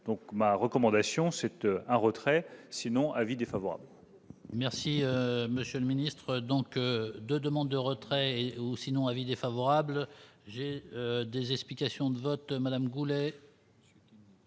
donc ma recommandation cette un retrait sinon avis défavorable. Merci monsieur le ministre, donc 2 demandes de retrait ou sinon avis défavorable, j'ai eu des explications de vote Madame Goulet.